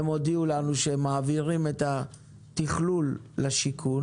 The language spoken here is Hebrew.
והם הודיעו לנו שהם מעבירים את התכלול לשיכון